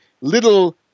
Little